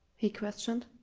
he questioned.